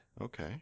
Okay